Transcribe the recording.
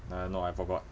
uh no I forgot